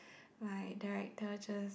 my director just